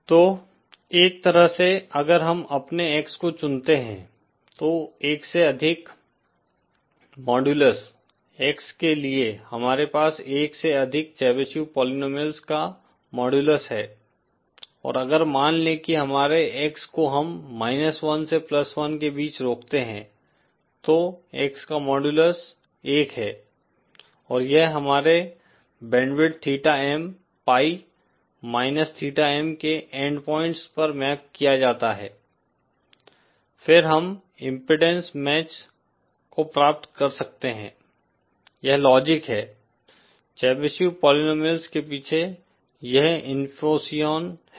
तो एक तरह से अगर हम अपने X को चुनते हैं तो एक से अधिक मॉडुलस X के लिए हमारे पास एक से अधिक चेबीशेव पॉलिनॉमिअल्स का मॉडुलस है और अगर मान ले की हमारे X को हम माइनस वन से प्लस वन के बीच रोकते है तो X का मॉडुलस एक है और यह हमारे bandwidth theta M pi minus theta M के एन्ड पॉइंट्स पर मैप किया जाता है फिर हम इम्पीडेन्स मैच को प्राप्त कर सकते हैं यह लॉजिक है चेबीशेव पॉलिनॉमिअल्स के पीछे यह इन्फ़ोसिओन है